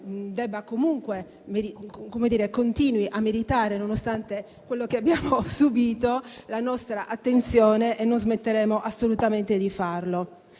crediamo che il settore continui a meritare, nonostante quello che abbiamo subito, la nostra attenzione. Non smetteremo assolutamente di farlo,